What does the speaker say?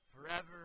forever